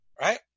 right